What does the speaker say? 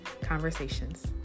conversations